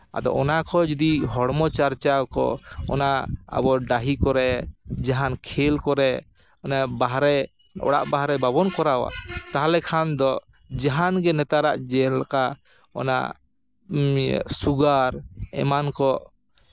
ᱟᱫᱚ ᱚᱱᱟ ᱠᱚ ᱡᱩᱫᱤ ᱦᱚᱲᱢᱚ ᱪᱟᱨᱪᱟᱣ ᱠᱚ ᱚᱱᱟ ᱟᱵᱚ ᱰᱟᱺᱦᱤ ᱠᱚᱨᱮ ᱡᱟᱦᱟᱱ ᱠᱷᱮᱞ ᱠᱚᱨᱮ ᱚᱱᱮ ᱵᱟᱦᱨᱮ ᱚᱲᱟᱜ ᱵᱟᱦᱨᱮ ᱵᱟᱵᱚᱱ ᱠᱚᱨᱟᱣᱟ ᱛᱟᱦᱚᱞᱮ ᱠᱷᱟᱱ ᱫᱚ ᱡᱟᱦᱟᱱ ᱜᱮ ᱱᱮᱛᱟᱨᱟᱜ ᱡᱮᱞᱮᱠᱟ ᱚᱱᱟ ᱥᱩᱜᱟᱨ ᱮᱢᱟᱱ ᱠᱚ